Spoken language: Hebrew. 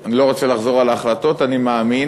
ואני לא רוצה לחזור על ההחלטות, אני מאמין,